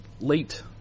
late